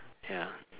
ya